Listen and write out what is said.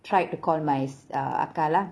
tried to call my uh akka lah